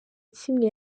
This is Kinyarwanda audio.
kimwe